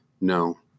No